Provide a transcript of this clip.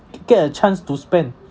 didn't get a chance to spend